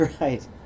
Right